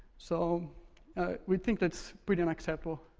so we think that's pretty unacceptable.